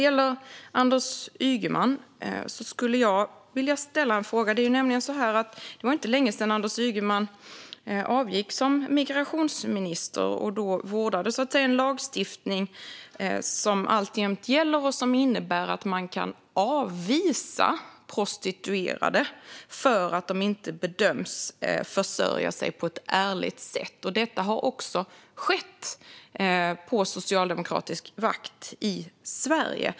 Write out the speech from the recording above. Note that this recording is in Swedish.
Till Anders Ygeman skulle jag vilja ställa en fråga. Det var inte länge sedan Anders Ygeman var migrationsminister och så att säga vårdade en lagstiftning som alltjämt gäller och som innebär att man kan avvisa prostituerade för att de inte bedöms försörja sig på ett ärligt sätt. Detta har också skett på socialdemokratisk vakt i Sverige.